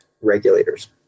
regulators